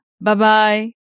Bye-bye